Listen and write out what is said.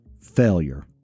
Failure